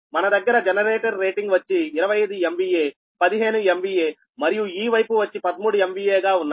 మన దగ్గర generator rating వచ్చి 25 MVA 15 MVA మరియు ఈ వైపు వచ్చి 13 MVA గా ఉన్నాయి